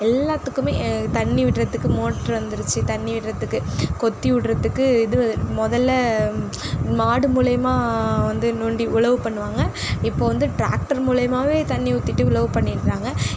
எல்லாத்துக்குமே தண்ணி விடுறதுக்கு மோட்ரு வந்துடுச்சு தண்ணி விடுறதுக்கு கொத்தி விடுறதுக்கு இது முதல்ல மாடு மூலிமா வந்து நோண்டி உழவு பண்ணுவாங்க இப்போது வந்து ட்ராக்டர் மூலிமாவே தண்ணி ஊத்திவிட்டு உழவு பண்ணிடுறாங்க